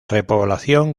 repoblación